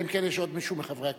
אלא אם כן יש עוד מישהו מחברי הכנסת.